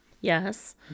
Yes